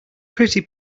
pretty